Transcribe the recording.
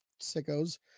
sickos